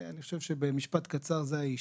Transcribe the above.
אני חושב שבמשפט קצר זה האיש.